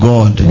God